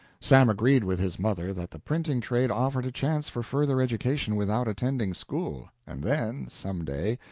sam agreed with his mother that the printing trade offered a chance for further education without attending school, and then, some day,